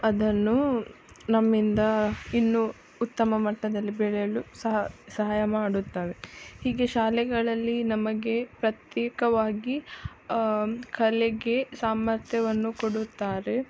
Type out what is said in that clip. ಅದನ್ನು ನಮ್ಮಿಂದ ಇನ್ನು ಉತ್ತಮ ಮಟ್ಟದಲ್ಲಿ ಬೆಳೆಯಲು ಸಹ ಸಹಾಯ ಮಾಡುತ್ತವೆ ಹೀಗೆ ಶಾಲೆಗಳಲ್ಲಿ ನಮಗೆ ಪ್ರತ್ಯೇಕವಾಗಿ ಕಲೆಗೆ ಸಾಮರ್ಥ್ಯವನ್ನು ಕೊಡುತ್ತಾರೆ